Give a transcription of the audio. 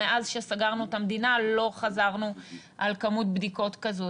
מאז שסגרנו את המדינה לא חזרנו על כמות בדיקות כזאת.